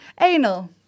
anal